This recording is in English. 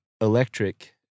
electric